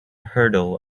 hurdle